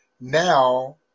now